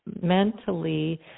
mentally